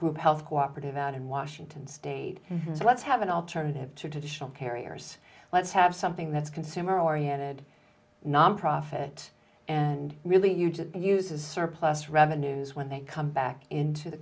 group health cooperative out of washington state so let's have an alternative to traditional carriers let's have something that's consumer oriented nonprofit and really huge that uses surplus revenues when they come back into the